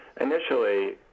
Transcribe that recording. Initially